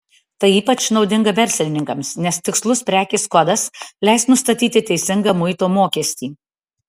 tai ypač naudinga verslininkams nes tikslus prekės kodas leis nustatyti teisingą muito mokestį